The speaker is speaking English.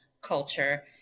culture